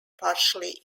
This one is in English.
partially